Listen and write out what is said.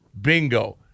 bingo